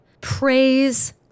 praise